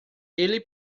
ele